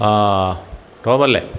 ആ റോബ് അല്ലേ